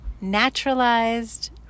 naturalized